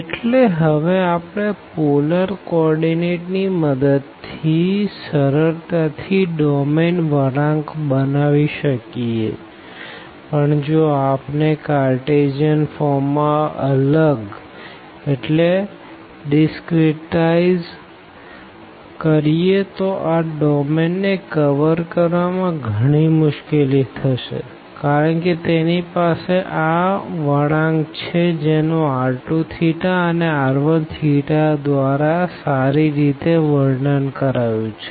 એટલે હવે આપણે પોલર કો ઓર્ડીનેટ ની મદદ થી સરળતા થી ડોમેન વળાંક બનાવી શકીએ પણ જો આપણે કાઅર્તેસિયન ફોર્મ માં અલગ કરીએ તો આ ડોમેન ને કવર કરવામાં ગણી મુશ્કેલી થશેકારણ કે તેની પાસે આ વળાંક છે જેનું r2θ અને r1θ દ્વારા સારી રીતે વર્ણન કરાયું છે